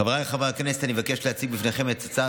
חבריי חברי הכנסת, אני מבקש להציג בפניכם תיקון